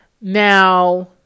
Now